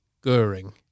Goering